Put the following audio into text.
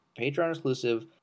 Patreon-exclusive